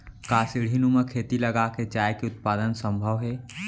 का सीढ़ीनुमा खेती लगा के चाय के उत्पादन सम्भव हे?